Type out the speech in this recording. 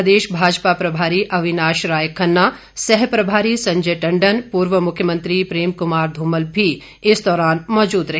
प्रदेश भाजपा प्रभारी अविनाश राय खन्ना सह प्रभारी संजय टंडन पूर्व मुख्यमंत्री प्रेम कुमार धूमल भी इस दौरान मौजूद रहे